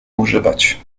używać